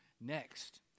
next